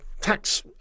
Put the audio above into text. tax